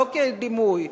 לא כדימוי,